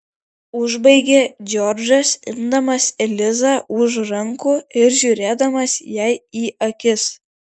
užbaigė džordžas imdamas elizą už rankų ir žiūrėdamas jai į akis